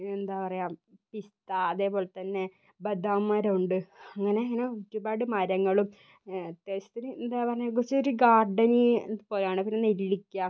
എന്താ പറയുക പിസ്താ അതേപോലെ തന്നെ ബദാം മരമുണ്ട് അങ്ങനെ അങ്ങനെ ഒരുപാട് മരങ്ങളും അത്യാവശ്യത്തിന് എന്താ പറയുക കുറച്ച് ഒരു ഗാർഡനിങ്ങ് പോലെയാണ് പിന്നെ നെല്ലിക്ക